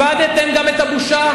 תבטל.